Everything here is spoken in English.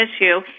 issue